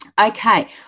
Okay